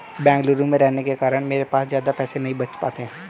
बेंगलुरु में रहने के कारण मेरे पैसे ज्यादा नहीं बच पाते